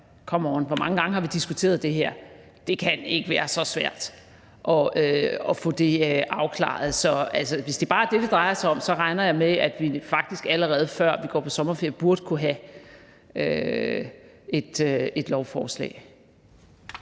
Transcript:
hvor mange gange har vi diskuteret det her? Det kan ikke være så svært at få det afklaret. Så hvis det bare er det, det drejer sig om, regner jeg med, at vi faktisk allerede, før vi går på sommerferie, burde kunne have et lovforslag.